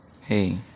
Hey